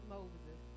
Moses